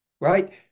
right